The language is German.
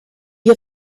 die